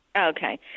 Okay